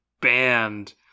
banned